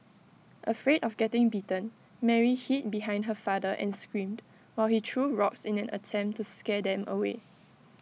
afraid of getting bitten Mary hid behind her father and screamed while he threw rocks in an attempt to scare them away